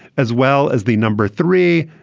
as well as the number three,